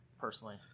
personally